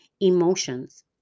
emotions